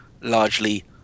largely